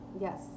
yes